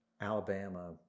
Alabama